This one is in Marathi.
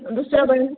दुसरं पण